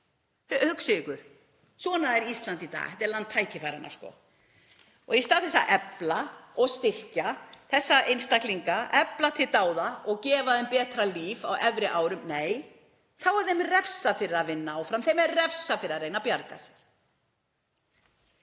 Hugsið ykkur. Svona er Ísland í dag. Þetta er land tækifæranna. Í stað þess að efla og styrkja þessa einstaklinga, efla til dáða og gefa þeim betra líf á efri árum, þá er þeim refsað fyrir að vinna áfram. Þeim er refsað fyrir að reyna að bjarga sér.